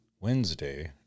Wednesday